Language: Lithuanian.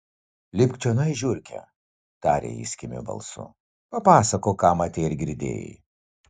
lipk čionai žiurke tarė jis kimiu balsu papasakok ką matei ir girdėjai